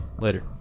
Later